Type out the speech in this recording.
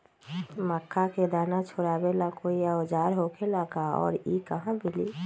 मक्का के दाना छोराबेला कोई औजार होखेला का और इ कहा मिली?